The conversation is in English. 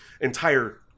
entire